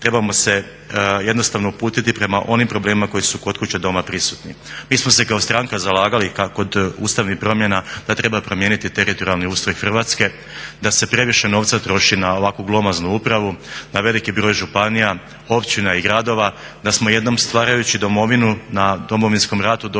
trebamo se jednostavno uputiti prema onim problemima koji su kod kuće doma prisutni. Mi smo se kao stranka zalagali kod ustavnih promjena da treba promijeniti teritorijalni ustroj Hrvatske, da se previše novca troši na ovakvu glomaznu upravu, na veliki broj županija, općina i gradova. Da smo jednom stvarajući domovinu na Domovinskom ratu došli